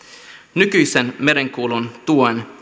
nykyisen merenkulun tuen